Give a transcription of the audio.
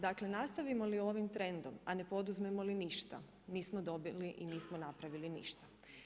Dakle, nastavimo li ovim trendom a ne poduzmemo li ništa nismo dobili i nismo napravili ništa.